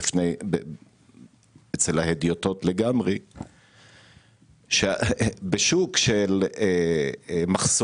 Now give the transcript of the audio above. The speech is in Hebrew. בצד של הממשלה אומרים לי: אתם